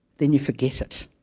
then you forget it